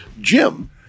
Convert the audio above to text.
Jim